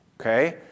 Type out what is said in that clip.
okay